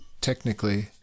technically